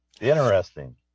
Interesting